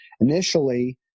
Initially